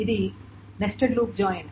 ఇది nested loop join